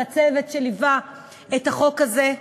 לצוות שליווה את החוק הזה.